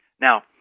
Now